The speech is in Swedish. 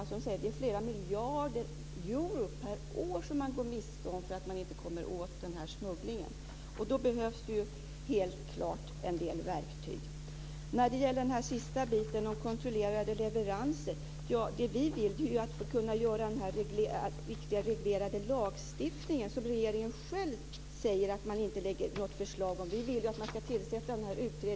Det är flera miljarder euro per år som man går miste om, därför att man inte kommer åt smugglingen. Då behövs en del verktyg. Vi vill tillsätta en utredning för att få fram en lagstiftning om kontrollerade leveranser. Regeringen säger att man inte lägger fram något förslag om lagreglering av det.